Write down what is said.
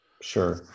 Sure